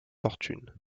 fortune